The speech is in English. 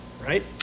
right